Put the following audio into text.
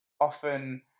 often